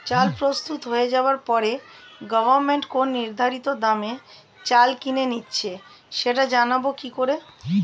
চাল প্রস্তুত হয়ে যাবার পরে গভমেন্ট কোন নির্ধারিত দামে চাল কিনে নিচ্ছে সেটা জানবো কি করে?